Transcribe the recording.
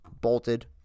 bolted